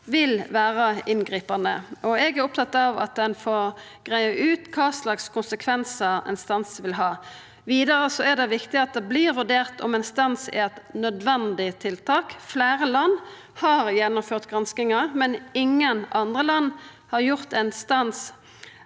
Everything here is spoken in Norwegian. vil vera inngripande, og eg er opptatt av at ein får greidd ut kva slags konsekvensar ein stans vil ha. Vidare er det viktig at det vert vurdert om ein stans er eit nødvendig tiltak. Fleire land har gjennomført granskingar, men ingen andre land har gjort ein stans